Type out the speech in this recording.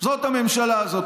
זאת הממשלה הזאת.